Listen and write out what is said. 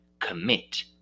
commit